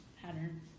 pattern